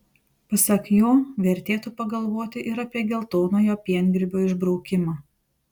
pasak jo vertėtų pagalvoti ir apie geltonojo piengrybio išbraukimą